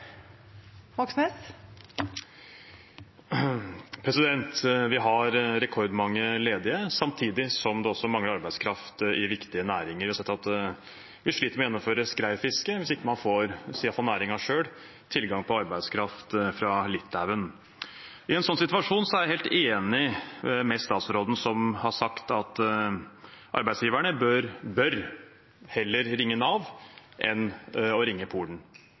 Vi har rekordmange ledige, samtidig som det mangler arbeidskraft i viktige næringer. Vi har sett at vi sliter med å gjennomføre skreifisket hvis man ikke får – det sier i alle fall næringen selv – tilgang til arbeidskraft fra Litauen. I en sånn situasjon er jeg helt enig med statsråden, som har sagt at arbeidsgiverne heller bør ringe Nav enn å ringe Polen